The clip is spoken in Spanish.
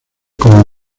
como